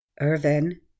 Irvin